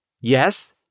Yes